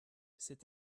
c’est